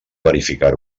verificar